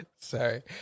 Sorry